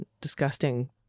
disgusting